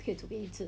可以准备一次